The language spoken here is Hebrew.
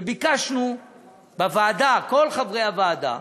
וביקשנו בוועדה, כל חברי הוועדה,